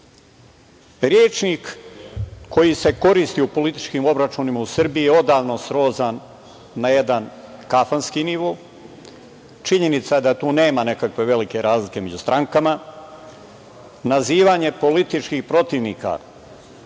koji se koji se koristi u političkim obračunima u Srbiji je odavno srozan na jedan kafanski nivo, činjenica da tu nema nekakve velike razlike među strankama, nazivanje političkih protivnika